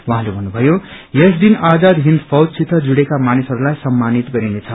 उहाँले भन्नुभयो यस दिन आजाद हिन्द फौजसित जुड़ेका मानिसहरूलाई सम्मानित गरिनेछ